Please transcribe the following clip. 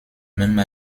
même